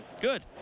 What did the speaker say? Good